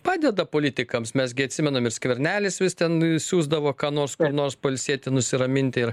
padeda politikams mes gi atsimenam ir skvernelis vis ten siųsdavo ką nors kur nors pailsėti nusiraminti ir